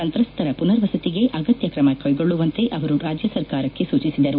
ಸಂತ್ರಸ್ತರ ಪುನರ್ವಸತಿಗೆ ಅಗತ್ಯ ಕ್ರಮ ಕೈಗೊಳ್ಳುವಂತೆ ಅವರು ರಾಜ್ಯ ಸರ್ಕಾರಕ್ಕೆ ಸೂಚಿಸಿದರು